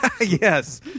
Yes